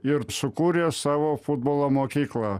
ir sukūrė savo futbolo mokyklą